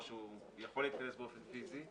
או שהוא יכול להתכנס באופן פיסי,